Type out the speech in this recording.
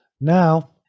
Now